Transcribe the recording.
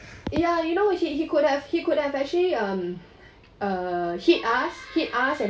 ya lah you know he he could have he could have actually um uh hit us hit us and